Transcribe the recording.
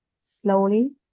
slowly